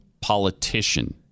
politician